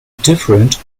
different